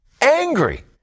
Angry